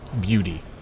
beauty